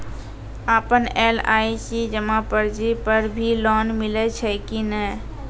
आपन एल.आई.सी जमा पर्ची पर भी लोन मिलै छै कि नै?